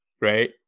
right